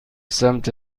سمت